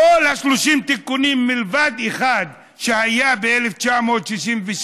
כל 30 התיקונים מלבד אחד שהיה ב-1966,